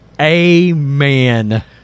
Amen